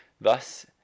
Thus